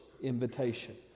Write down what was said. Invitation